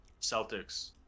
Celtics